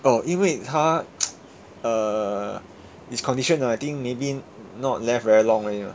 orh 因为他 err his condition ah I think maybe not left very long already